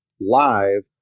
live